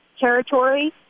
territory